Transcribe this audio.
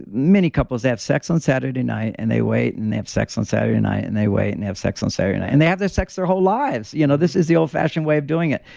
many couples have sex on saturday night and they wait and they have sex on saturday night, and they wait and have sex on saturday night. and they have their sex their whole lives. you know this is the old fashioned way of doing it.